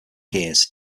gears